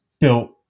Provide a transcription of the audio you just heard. built